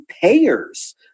payers